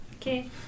Okay